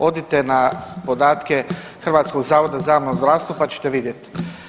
Odite na podatke Hrvatskog zavoda za javno zdravstvo pa ćete vidjeti.